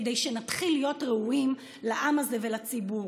כדי שנתחיל להיות ראויים לעם הזה ולציבור.